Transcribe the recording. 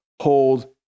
hold